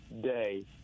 day